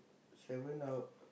seven hour